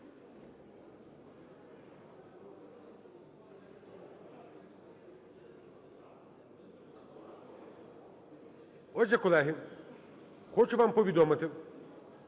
Отже, колеги, хочу вам повідомити,